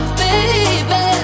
baby